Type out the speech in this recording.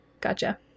Gotcha